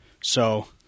So-